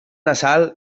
nasal